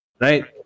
Right